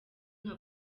nka